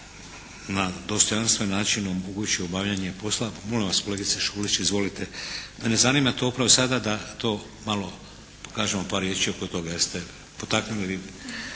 na dostojanstveni način omogućio obavljanje posla. Pa molim vas kolegice Šulić izvolite. Mene zanima to upravo sada da to malo kažemo par riječi oko toga jer ste potaknuli vi.